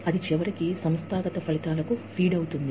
అది చివరికి సంస్థాగత ఫలితాలకు ఫీడ్ అవుతుంది